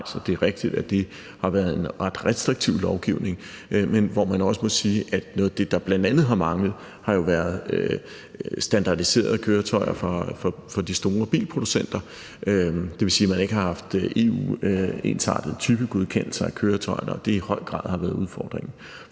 det er rigtigt, at det har været en ret restriktiv lovgivning, men hvor man jo også må sige, at noget af det, der bl.a. har manglet, har været standardiserede køretøjer fra de store bilproducenter. Det vil sige, at man ikke har haft EU-ensartede typegodkendelser af køretøjerne, og at det i høj grad har været udfordringen.